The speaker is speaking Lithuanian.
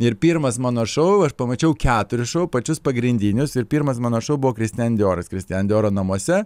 ir pirmas mano šou aš pamačiau keturis šou pačius pagrindinius ir pirmas mano šou buvo kristen dioras kristen dioro namuose